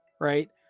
Right